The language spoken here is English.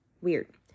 Weird